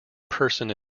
person